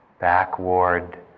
backward